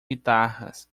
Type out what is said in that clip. guitarras